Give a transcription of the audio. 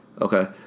okay